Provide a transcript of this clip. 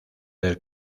del